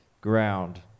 ground